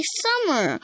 summer